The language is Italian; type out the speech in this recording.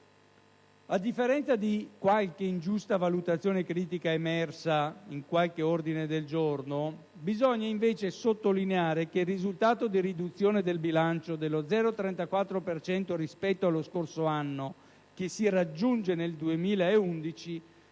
A differenza di qualche ingiusta valutazione critica emersa in qualche ordine del giorno, bisogna invece sottolineare che il risultato di riduzione del bilancio dello 0,34 per cento rispetto allo scorso anno che si raggiunge nel 2011